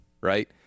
right